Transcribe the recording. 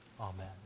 Amen